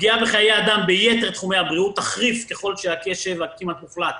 הפגיעה בחיי אדם ביתר תחומי הבריאות תחריף ככל שהקשב הכמעט מוחלט